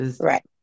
Right